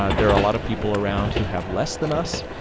ah there are a lot of people around who have less than us.